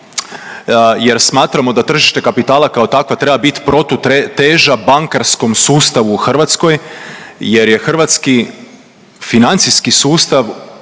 jer smatramo da tržište kapitala kao takvo treba bit protuteža bankarskom sustavu u Hrvatskoj jer je hrvatski financijski sustav